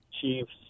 Chiefs